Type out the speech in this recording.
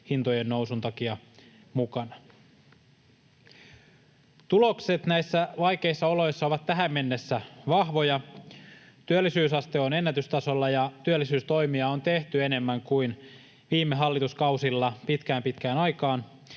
hintojen nousun takia mukana. Tulokset näissä vaikeissa oloissa ovat tähän mennessä vahvoja. Työllisyysaste on ennätystasolla, ja työllisyystoimia on tehty enemmän kuin viime hallituskausilla pitkään, pitkään